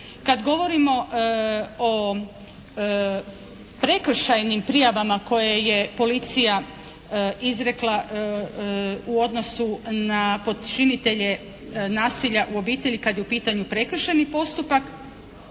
kad govorimo o prekršajnim prijavama koje je policija izrekla u odnosu na počinitelje nasilja u obitelji kad je u pitanju prekršajni postupak.